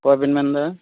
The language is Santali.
ᱚᱠᱚᱭ ᱵᱮᱱ ᱢᱮᱱ ᱮᱫᱟ